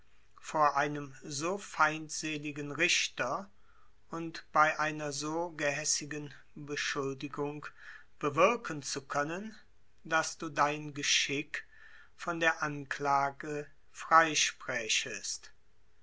vor einem so feindseligen richter und bei einer so gehässigen beschuldigung bewirken zu können daß du dein geschick von der anklage